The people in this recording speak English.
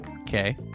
Okay